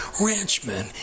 ranchmen